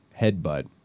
headbutt